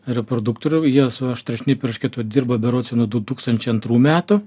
reproduktorių jie su aštriašnipiu eršketu dirba berods jau nuo du tūkstančiai antrų metų